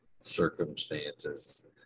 circumstances